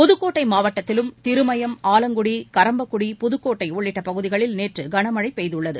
புதுக்கோட்டைமாவட்டத்திலும் திருமயம் ஆலங்குடி கறம்பக்குடி புதுக்கோட்டைஉள்ளிட்டபகுதிகளில் நேற்றுகன்மழைபெய்துள்ளது